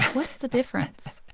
what's the difference?